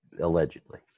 Allegedly